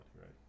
right